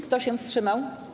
Kto się wstrzymał?